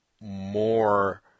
more